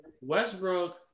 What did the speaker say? Westbrook